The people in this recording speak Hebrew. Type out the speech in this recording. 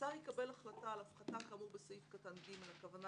השר יקבל החלטה על הפחתה כאמור בסעיף קטן (ג) הכוונה